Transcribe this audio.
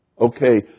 Okay